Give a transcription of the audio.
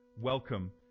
Welcome